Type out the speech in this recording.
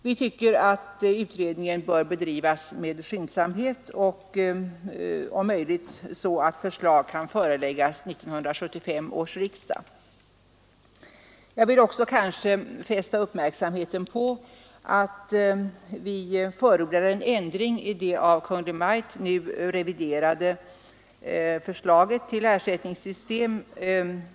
Vi anser att utredningen bör bedrivas med skyndsamhet och om möjligt så att förslag kan föreläggas 1975 års riksdag. Jag vill också fästa uppmärksamheten på att vi förordar en ändring i det av Kungl. Maj:t nu reviderade förslaget till ersättningssystem.